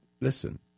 listen